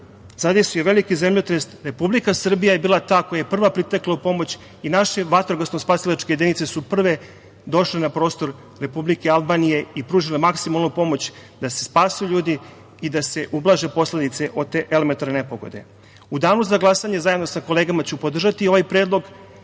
zadesio veliki zemljotres, Republika Srbija je bila ta koja je prva pritekla u pomoć i naše vatrogasno-spasilačke jedinice su prve došle na prostor Republike Albanije i pružile maksimalno pomoć da se spasu ljudi i da se ublaže posledice od te elementarne nepogode.U Danu za glasanje, zajedno sa kolegama ću podržati ovaj predlog